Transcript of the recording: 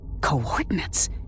Coordinates